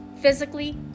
Physically